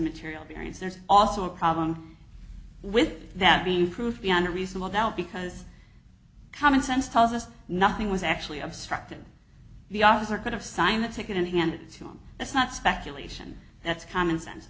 material variance there's also a problem with that being proved beyond a reasonable doubt because common sense tells us nothing was actually obstructed the officer could have signed the ticket and handed it to him that's not speculation that's common sense